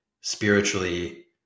spiritually